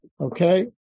Okay